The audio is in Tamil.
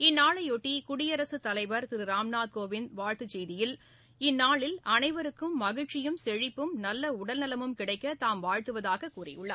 இந்நாளையொட்டி குடியரசுத் தலைவர் திரு ராம்நாத்கோவிந்த் வாழ்த்துச் செய்தியில் இந்நாளில் அளைவருக்கும் மகிழ்ச்சியும் செழிப்பும் நல்ல உடல்நலமும் கிடைக்க தாம் வாழ்த்துவதாகக் கூறியுள்ளார்